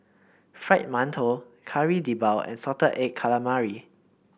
Fried Mantou Kari Debal and Salted Egg Calamari